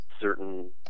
certain